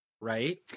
Right